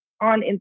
on